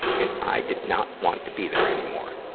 and i did not want to be there anymore.